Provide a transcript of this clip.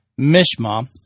Mishma